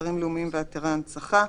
אתרים לאומיים ואתרי הנצחה,